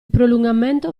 prolungamento